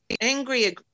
angry